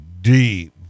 deep